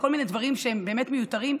לדברים שהם באמת מיותרים.